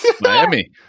Miami